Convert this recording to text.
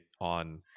on